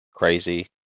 Crazy